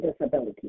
disability